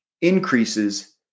increases